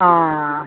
ആ ആ